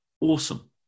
awesome